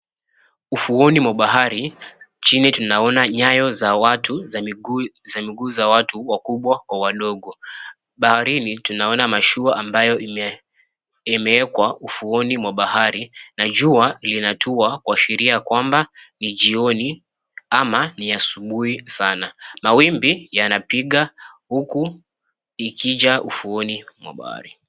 Ufuoni mwa barabara chini tunaona nyayo za watu miguu za watu wakubwa kwa wadogo. Baharini tunaona mashua ambayo imewekwa ufuoni wa bahari na jua linatua kuashiria kua ni jioni ama ni asubuhi sana mawimbi yanapiga huku ikija ufuoni mwa bahari.